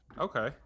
Okay